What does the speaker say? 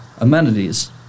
amenities